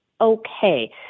okay